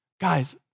Guys